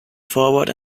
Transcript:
forward